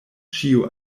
ĉiu